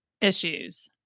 issues